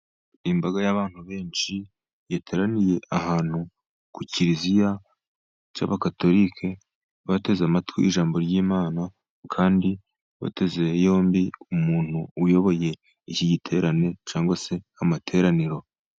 Imbaga y'abantu benshi yateraniye ahantu ku kiliziya cy'Abagatolike, bateze amatwi ijambo ry'Imana, kandi bateze yombi umuntu uyoboye iki giterane cyangwa se amateraniro.